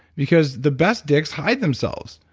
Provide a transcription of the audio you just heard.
because the best dicks hide themselves.